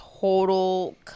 total